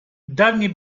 dawniej